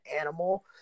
animal